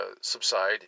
subside